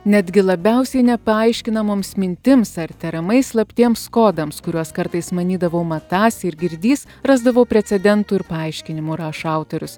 netgi labiausiai nepaaiškinamoms mintims ar tariamai slaptiems kodams kuriuos kartais manydavau matąs ir girdįs rasdavau precedentų ir paaiškinimų rašo autorius